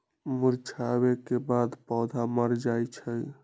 मुरझावे के बाद पौधा मर जाई छई